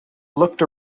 looked